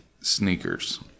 sneakers